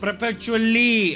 Perpetually